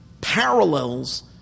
parallels